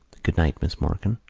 good-night, miss morkan.